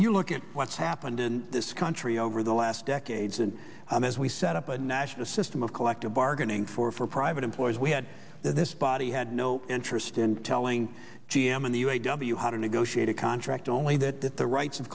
you look at what's happened in this country over the last decades and as we set up a national system of collective bargaining for for private employees we had this body had no interest in telling g m in the u a w how to negotiate a contract only that the rights of